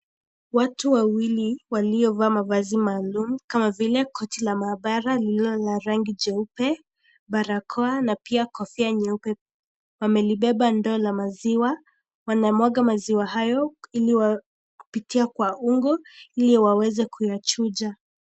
Watu wawili waliovaa mavazi maalum kama vile koti la maabara lililo la rangi nyeupe, barakoa na pia kofia nyeupe. Wamelibeba ndoo ya maziwa, wanamwaga maziwa hayo kupitia kwa ungo ili waweze kuyachunga